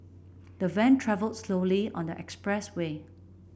the van travelled slowly on the expressway